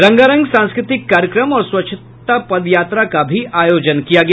रंगारंग सांस्कृतिक कार्यक्रम और स्वच्छता पदयात्रा का भी आयोजन किया गया